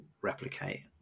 replicate